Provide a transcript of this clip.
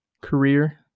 career